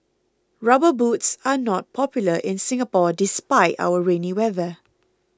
rubber boots are not popular in Singapore despite our rainy weather